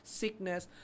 sickness